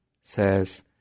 says